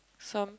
some